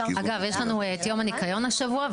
אגב, יש לנו את יום הניקיון מחר,